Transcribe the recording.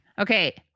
okay